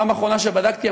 בפעם האחרונה שבדקתי,